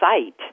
site